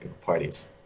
parties